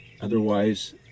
Otherwise